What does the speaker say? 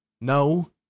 No